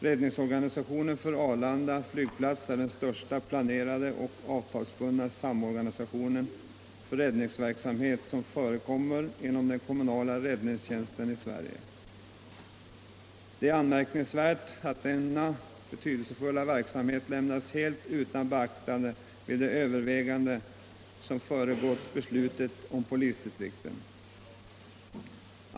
Räddningsorganisationen för Arlanda flygplats är den största planerade och avtalsbundna samorganisation för räddningsverksamhet som förekommer inom den kommunala räddningstjänsten i Sverige. Det är anmärkningsvärt att denna betydelsefulla verksamhet lämnats helt utan beaktande vid de överväganden som föregått beslutet om polisdistrikten.